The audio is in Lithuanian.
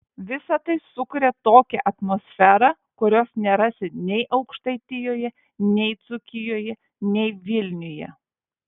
visa tai sukuria tokią atmosferą kurios nerasi nei aukštaitijoje nei dzūkijoje nei vilniuje